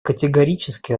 категорически